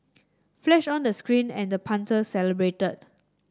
flash on the screen and the punter celebrated